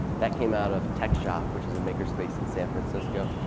that came out of tech shop which is a maker space in san francisco.